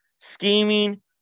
Scheming